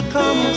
Come